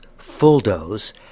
full-dose